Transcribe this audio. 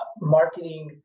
marketing